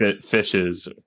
fishes